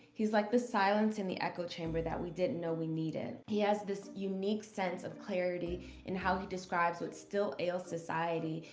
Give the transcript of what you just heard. he's like the silence in the echo chamber that we didn't know we needed. he has a unique sense of clarity in how he describes what still ails society.